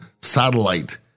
satellite